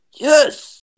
Yes